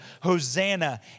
Hosanna